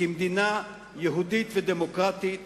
כמדינה יהודית ודמוקרטית",